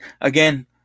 Again